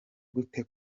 gute